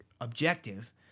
objective